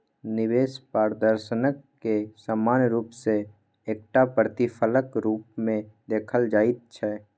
निवेश प्रदर्शनकेँ सामान्य रूप सँ एकटा प्रतिफलक रूपमे देखल जाइत छै